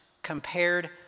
compared